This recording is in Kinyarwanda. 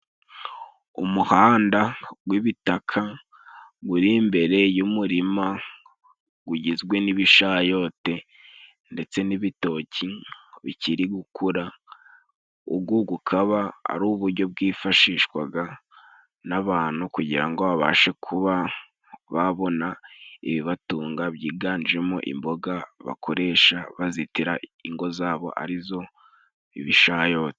Umuhanda gw'ibitaka guri imbere y'umurima gugizwe n'ibishayote, ndetse n'ibitoki bikiri gukura ugu gukaba ari ubujyo bwifashishwaga n'abantu kugira ngo babashe kuba babona ibibatunga; byiganjemo imboga bakoresha bazitira ingo zabo ari zo ibishayote.